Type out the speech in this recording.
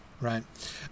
Right